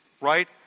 Right